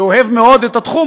שאוהב מאוד את התחום,